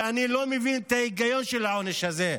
ואני לא מבין את ההיגיון של העונש הזה.